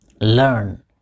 learn